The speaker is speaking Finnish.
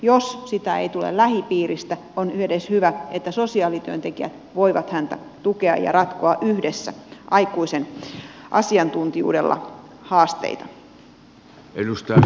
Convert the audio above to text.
jos sitä ei tule lähipiiristä on hyvä että edes sosiaalityöntekijät voivat häntä tukea ja ratkoa yhdessä aikuisen asiantuntijuudella haasteita